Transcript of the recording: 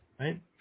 Right